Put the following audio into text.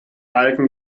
alten